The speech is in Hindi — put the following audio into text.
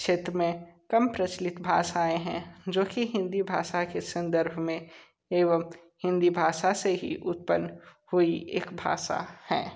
क्षेत्र में कम प्रचलित भाषाएँ हैं जो कि हिंदी भाषा के संदर्भ में एवं हिंदी भाषा से ही उत्पन्न हुई एक भाषा हैं